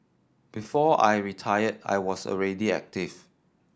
before I retired I was already active